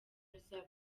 ruzaba